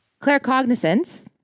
Claircognizance